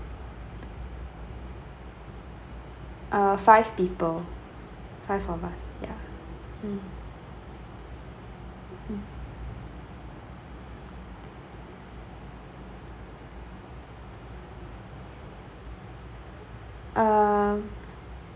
uh five people five of us ya mm mm uh